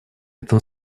этом